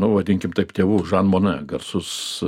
nu vadinkim taip tėvu žan mone garsus